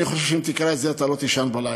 אני חושב שאם תקרא את זה, אתה לא תישן בלילה.